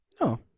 No